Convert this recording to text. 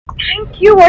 thank you! what